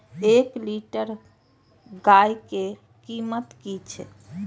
एक लीटर गाय के कीमत कि छै?